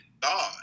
God